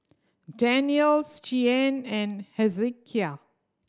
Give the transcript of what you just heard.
Danyels Shianne and Hezekiah